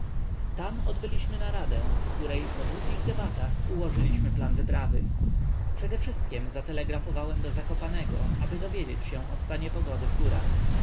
tam odbyliśmy naradę w której po długich debatach ułożyliśmy plan wyprawy przedewszystkiem zatelegrafowałem do zakopanego aby dowiedzieć się o stanie pogody w górach